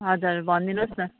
हजुर भनिदिनुहोस् न